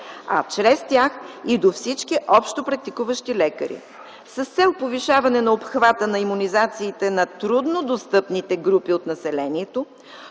а чрез тях – и до всички общопрактикуващи лекари. С цел повишаване на обхвата на имунизациите на труднодостъпните групи от населението,